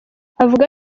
avuga